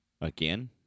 again